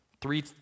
Three